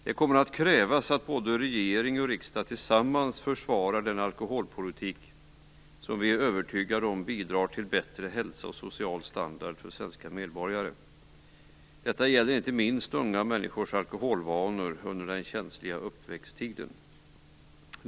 Det kommer att krävas att både regering och riksdag tillsammans försvarar den alkoholpolitik som vi är övertygade om bidrar till bättre hälsa och social standard för svenska medborgare. Detta gäller inte minst unga människors alkoholvanor under den känsliga uppväxttiden.